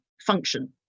function